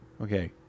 Okay